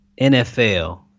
NFL